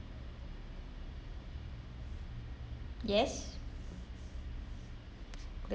yes